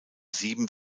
sieben